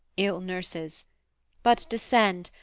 ill nurses but descend,